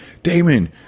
Damon